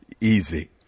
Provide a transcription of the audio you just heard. easy